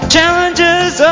Challenges